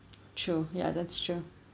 true ya that's true